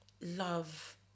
love